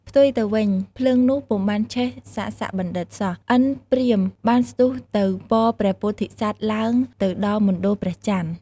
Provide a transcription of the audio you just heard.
ផ្ទុយទៅវិញ ភ្លើងនោះពុំបានឆេះ សសបណ្ឌិតសោះ ឥន្ទព្រាហ្មណ៏បានស្ទុះទៅពព្រះពោធិសត្វឡើងទៅដល់មណ្ឌលព្រះចន្ទ។